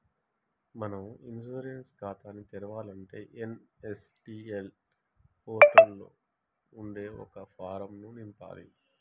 మనం ఇన్సూరెన్స్ ఖాతాని తెరవాలంటే ఎన్.ఎస్.డి.ఎల్ పోర్టులలో ఉండే ఒక ఫారం ను నింపాలి